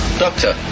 doctor